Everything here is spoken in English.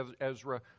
Ezra